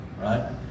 Right